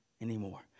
anymore